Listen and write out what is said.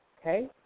Okay